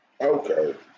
Okay